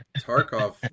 Tarkov